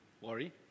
Worry